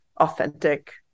authentic